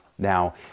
Now